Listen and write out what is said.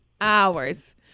Hours